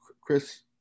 Chris